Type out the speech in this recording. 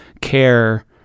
care